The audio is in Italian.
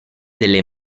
delle